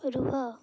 ରୁହ